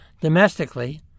Domestically